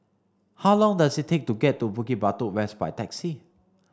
how long does it take to get to Bukit Batok West by taxi